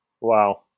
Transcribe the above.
Wow